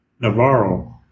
Navarro